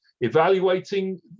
evaluating